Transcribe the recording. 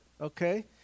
okay